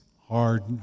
hard